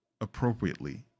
appropriately